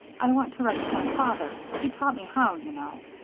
i want to write to my father he taught me how, you know.